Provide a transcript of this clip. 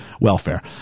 welfare